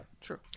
true